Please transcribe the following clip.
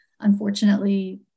unfortunately